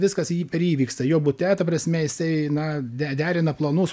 viskas jį per jį vyksta jo bute ta prasme jisai na de derina planus